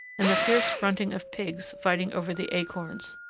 and the fierce grunting of pigs fighting over the acorns.